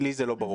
לי זה לא ברור.